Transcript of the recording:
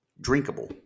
Drinkable